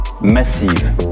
massive